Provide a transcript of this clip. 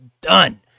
done